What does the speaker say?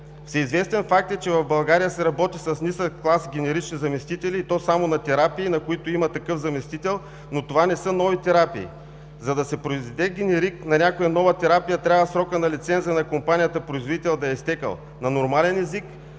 Всеизвестен факт е, че в България се работи с нисък клас генерични заместители и то само на терапии, на които има такъв заместител, но това не са нови терапии. За да се произведе генерик на някоя нова терапия, трябва срокът на лиценза на компанията производител да е изтекъл. На нормален език